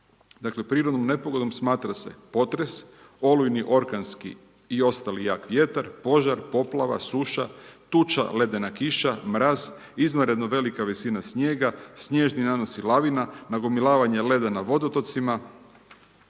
prirodnom nepogodom, smatra se potres, olujni orkanski i ostali jak vjetar, požar, poplava, suša, tuča, ledena kiša, mraz, izvanredna velika visina snijega, snježni nanosi lavina, nagomilavanje leda na vodotocima,